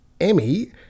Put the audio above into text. Emmy